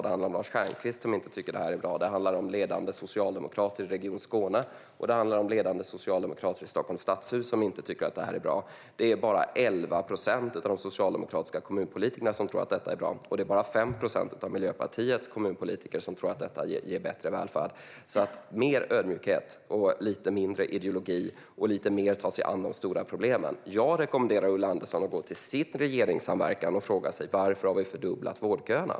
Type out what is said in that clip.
Det handlar om Lars Stjernkvist, som inte tycker att detta är bra. Det handlar om ledande socialdemokrater i Region Skåne och om ledande socialdemokrater i Stockholms stadshus som inte tycker att detta är bra. Det är bara 11 procent av de socialdemokratiska kommunpolitikerna som tror att detta är bra, och det är bara 5 procent av Miljöpartiets kommunpolitiker som tror att detta ger bättre välfärd. Man borde visa mer ödmjukhet och ägna sig lite mindre åt ideologi och lite mer åt att ta sig an de stora problemen. Jag rekommenderar Ulla Andersson att gå till sin regeringssamverkan och fråga sig varför vi har fördubblat vårdköerna.